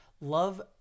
Love